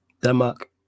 Denmark